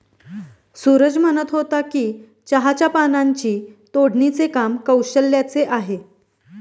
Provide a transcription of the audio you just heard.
सूरज म्हणत होता की चहाच्या पानांची तोडणीचे काम कौशल्याचे आहे